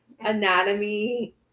anatomy